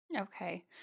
Okay